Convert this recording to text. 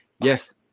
Yes